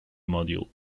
module